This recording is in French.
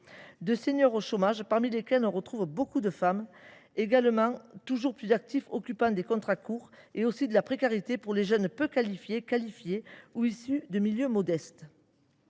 de seniors au chômage, parmi lesquels on retrouve beaucoup de femmes. Il y a également toujours plus d’actifs occupant des contrats courts et toujours plus de précarité parmi les jeunes peu qualifiés, qualifiés ou issus de milieux modestes.